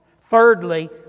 Thirdly